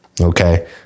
Okay